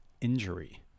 Injury